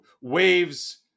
waves